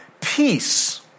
peace